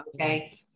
Okay